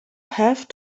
have